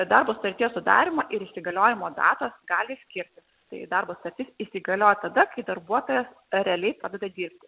darbo sutarties sudarymo ir įsigaliojimo datos gali skirtis tai darbo sutartis įsigalioja tada kai darbuotojas realiai pradeda dirbti